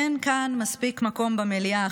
אין כאן מספיק מקום במליאה,